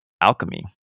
alchemy